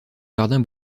jardins